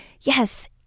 yes